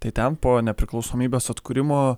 tai ten po nepriklausomybės atkūrimo